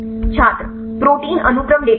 छात्र प्रोटीन अनुक्रम डेटाबेस